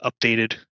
updated